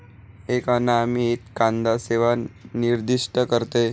एक अनामित कांदा सेवा निर्दिष्ट करते